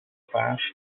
class